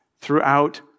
throughout